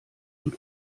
und